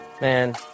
Man